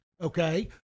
okay